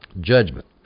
judgment